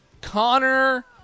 Connor